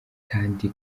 kandi